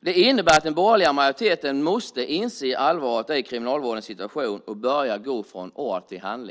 Det innebär att den borgerliga majoriteten måste inse allvaret i kriminalvårdens situation och börja gå från ord till handling.